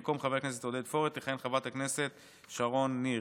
במקום חבר הכנסת עודד פורר תכהן חברת הכנסת שרון ניר.